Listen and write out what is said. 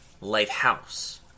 Lighthouse